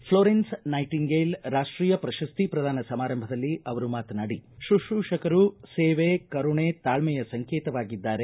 Florence Nightingale ರಾಷ್ವೀಯ ಪ್ರಶಸ್ತಿ ಪ್ರದಾನ ಸಮಾರಂಭದಲ್ಲಿ ಅವರು ಮಾತನಾಡಿ ಶುಶ್ರೂಷಕರು ಸೇವೆ ಕರುಣೆ ತಾಳ್ದೆಯ ಸಂಕೇತವಾಗಿದ್ದಾರೆ